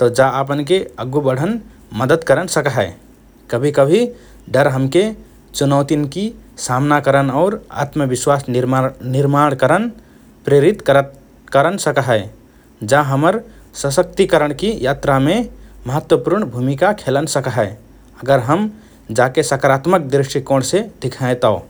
तओ जा आपनके अग्गु बढन मद्दत करन सक्हए । कभिकभि डर हमके चुनौतिन्कि सामना करन और आत्मविश्वास निर्मार निर्माण करन प्रेरित करत करन सक्हए । जा हमर सशक्तिकरणकि यात्रामे महत्वपूर्ण भूमिका खेलन सक्हए, अगर हम जाके सकारात्मक दृष्टिकोणसे दिख्हएँ तओ ।